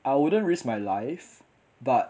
I wouldn't risk my life but